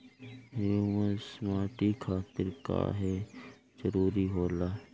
Humus माटी खातिर काहे जरूरी होला?